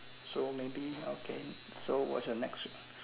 so maybe okay so what's your next